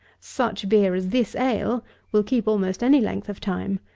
such beer as this ale will keep almost any length of time.